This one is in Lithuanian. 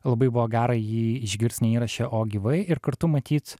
labai buvo gera jį išgirst ne įraše o gyvai ir kartu matyt